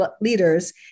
leaders